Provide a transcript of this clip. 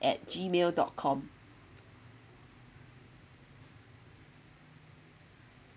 at gmail dot com